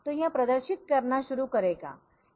तो यह प्रदर्शित करना शुरू करेगा